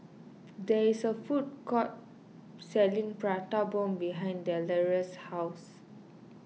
there is a food court selling Prata Bomb behind Delores' house